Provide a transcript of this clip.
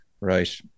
Right